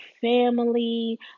family